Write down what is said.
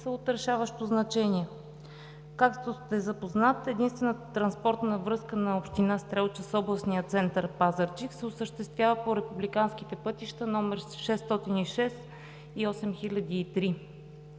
за от решаващо значение. Както сте запознат, единствената транспортна връзка на община Стрелча с областния център Пазарджик се осъществява по републиканските пътища номер 606 и номер